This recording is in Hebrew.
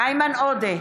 איימן עודה,